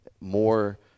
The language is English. more